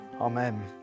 Amen